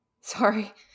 sorry